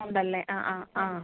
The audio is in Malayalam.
ഉണ്ട് അല്ലേ ആ ആ ആ